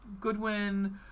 Goodwin